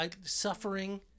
suffering